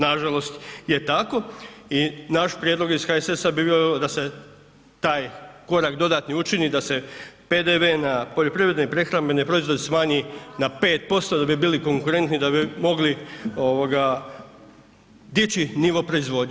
Nažalost je tako i naš prijedlog iz HSS-a bi bio da se taj korak dodatni učini, da se PDV na poljoprivredne i prehrambene proizvode smanji na 5% da bi bili konkurentni da bi mogli ovoga dići nivo proizvodnje.